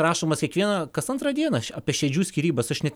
rašomas kiekvieną kas antrą dieną apie šedžių skyrybas aš net